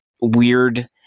weird